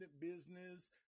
business